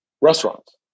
restaurants